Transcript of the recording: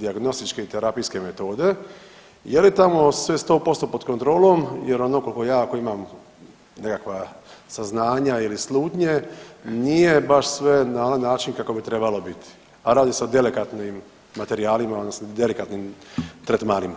dijagnostičke i terapijske metode, je li tamo sve 100% pod kontrolom jer ono koliko ja, koji imam nekakva saznanja ili slutnje nije baš sve na onaj način kako bi trebalo biti, a radi se o delikatnim materijalima odnosno delikatnim tretmanima.